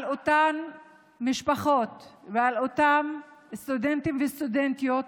על אותן משפחות ועל אותם סטודנטים וסטודנטיות,